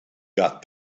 got